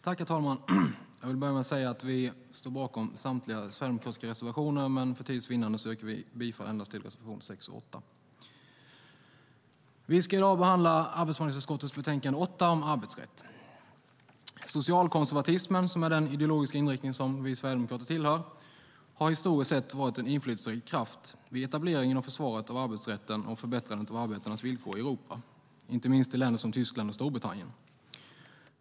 Herr talman! Jag vill börja med att säga att vi står bakom samtliga sverigedemokratiska reservationer, men för tids vinnande yrkar jag bifall endast till reservationerna 6 och 8. Vi behandlar i dag arbetsmarknadsutskottets betänkande nr 8 om arbetsrätt. Socialkonservatismen, som är den ideologiska inriktning vi i Sverigedemokraterna tillhör, har historiskt sett varit en inflytelserik kraft vid etableringen och försvaret av arbetsrätten samt vid förbättrandet av arbetarnas villkor i Europa, inte minst i länder som Tyskland och Storbritannien.